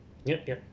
yup yup